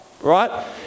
Right